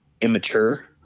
immature